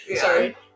Sorry